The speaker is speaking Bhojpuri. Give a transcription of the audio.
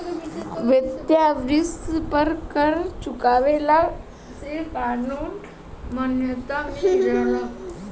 वेश्यावृत्ति पर कर चुकवला से कानूनी मान्यता मिल जाला